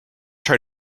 try